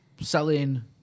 selling